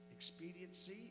expediency